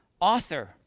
author